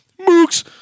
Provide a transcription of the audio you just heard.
mooks